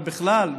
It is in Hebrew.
ובכלל,